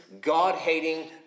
God-hating